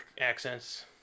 accents